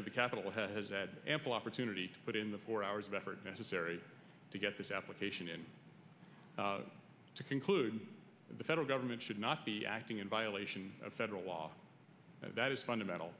of the capital has had ample opportunity to put in the four hours of effort necessary to get this application in to conclude the federal government should not be acting in violation of federal law that is fundamental